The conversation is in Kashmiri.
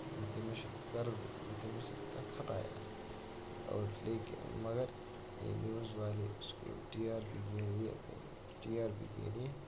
تٔمِس چھُنہٕ غرضٕے تٔمِس چھُنہٕ کانٛہہ خطہَے آسان اور لیکِن مگر یہ نِوٕز والے اُسکو ٹی آر پی کے لیے اپنی ٹی آر پی کے لیے